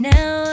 Now